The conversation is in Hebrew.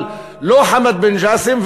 אבל לא חמד בן ג'אסם,